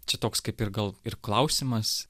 čia toks kaip ir gal ir klausimas